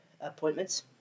appointments